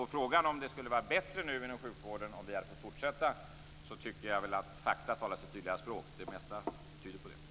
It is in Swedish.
På frågan om det skulle vara bättre nu inom sjukvården om vi hade fått fortsätta tycker jag väl att fakta talar sitt tydliga språk. Det mesta tyder på det.